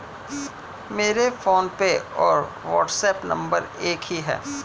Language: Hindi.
मेरा फोनपे और व्हाट्सएप नंबर एक ही है